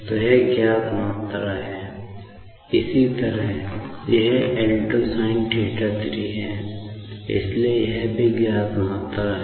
तो यह ज्ञात मात्रा है इसी तरह यह L 2 sinθ3 है इसलिए यह भी ज्ञात मात्रा है